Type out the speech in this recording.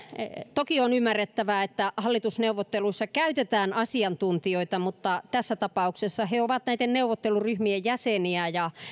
toki on ymmärrettävää että hallitusneuvotteluissa käytetään asiantuntijoita mutta tässä tapauksessa he ovat näiden neuvotteluryhmien jäseniä ja